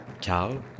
Carl